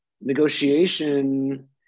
negotiation